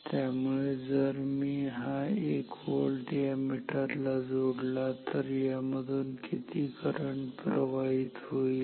त्यामुळे जर मी हा 1 व्होल्ट या मीटर ला जोडला तर यामधून किती करंट प्रवाहित होईल